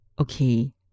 Okay